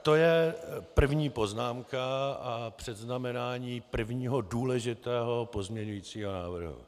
To je první poznámka a předznamenání prvního důležitého pozměňovacího návrhu.